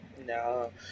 no